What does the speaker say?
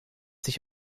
sich